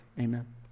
amen